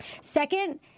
Second